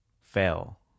fail